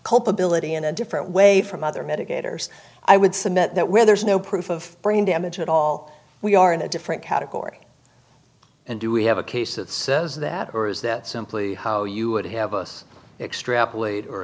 culpability in a different way from other mitigators i would submit that where there is no proof of brain damage at all we are in a different category and do we have a case that says that or is that simply how you would have us extrapolate or